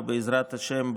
ובעזרת השם בקרוב,